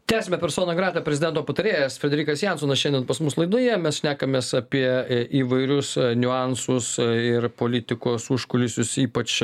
tęsiame personą grata prezidento patarėjas frederikas jansonas šiandien pas mus laidoje mes šnekamės apie įvairius niuansus ir politikos užkulisius ypač